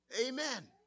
Amen